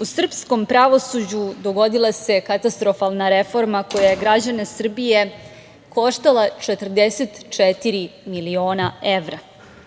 u srpskom pravosuđu dogodila se katastrofalna reforma koja je građane Srbije koštala 44 miliona evra,